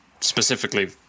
specifically